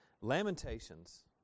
Lamentations